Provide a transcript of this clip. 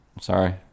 Sorry